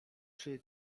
czy